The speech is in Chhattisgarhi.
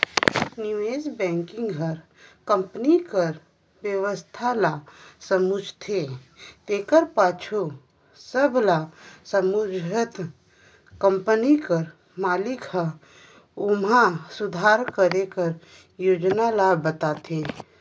निवेस बेंकिग हर कंपनी कर बेवस्था ल समुझथे तेकर पाछू सब ल समुझत कंपनी कर मालिक ल ओम्हां सुधार करे कर योजना ल बताथे